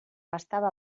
estava